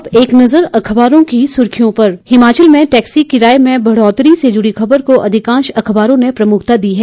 अब एक नजर अखबारों की सुर्खियों पर हिमाचल में टैक्सी किराए में बढ़ोतरी से जुड़ी खबर को अधिकांश अखबारों ने प्रमुखता दी है